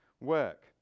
work